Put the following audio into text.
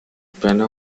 plana